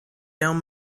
down